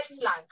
flag